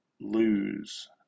lose